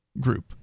group